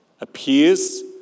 appears